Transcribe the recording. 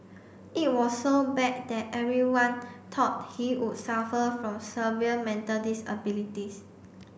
it was so bad that everyone thought he would suffer from severe mental disabilities